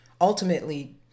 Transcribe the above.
ultimately